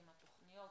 התוכניות,